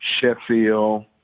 Sheffield